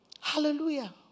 Hallelujah